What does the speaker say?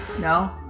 no